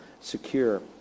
secure